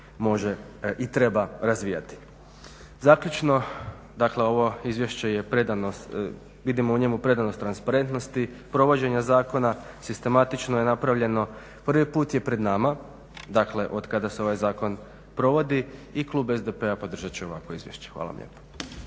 može i treba razvijati. Zaključno, dakle ovo izvješće je predano, vidimo u njemu predanost transparentnosti provođenja zakona, sistematično je napravljeno. Prvi puta je pred nama, dakle od kada se ovaj zakon provodi i klub SDP-a podržat će ovakvo izvješće. Hvala vam lijepa.